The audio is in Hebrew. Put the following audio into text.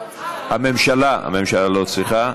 הממשלה לא צריכה.